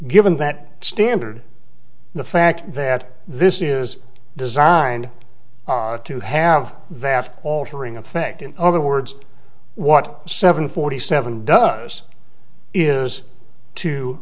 given that standard the fact that this is designed to have that altering effect in other words what seven forty seven does is to